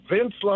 Vince